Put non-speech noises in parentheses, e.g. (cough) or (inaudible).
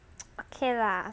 (noise) okay lah